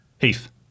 Heath